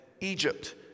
Egypt